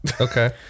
Okay